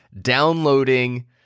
downloading